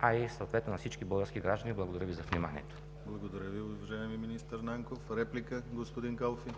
а и съответно на всички български граждани. Благодаря Ви за вниманието. ПРЕДСЕДАТЕЛ ДИМИТЪР ГЛАВЧЕВ: Благодаря Ви, уважаеми министър Нанков. Реплика, господин Калфин?